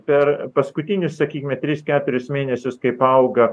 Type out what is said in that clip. per paskutinius sakykime tris keturis mėnesius kaip auga